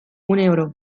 uneoro